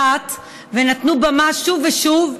התשע"ט 2018, בקריאה ראשונה.